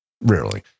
Rarely